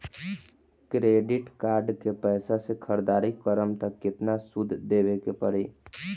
Credit card के पैसा से ख़रीदारी करम त केतना सूद देवे के पड़ी?